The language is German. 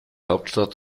hauptstadt